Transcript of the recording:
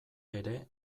ere